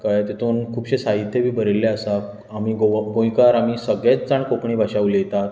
कळ्ळें तितूंतन खुबशें साहित्य बी बरयल्लें आसा आमी गोवा गोंयकार आमी सगलेंच जाण कोंकणी भाशा उलयतात